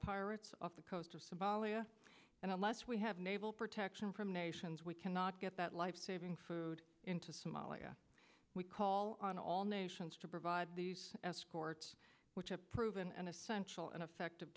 pirates off the coast of somalia and unless we have naval protection from nations we cannot get that lifesaving food into somalia we call on all nations to provide these escorts which have proven an essential and effective